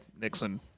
Nixon